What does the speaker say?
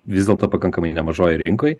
vis dėlto pakankamai nemažoj rinkoj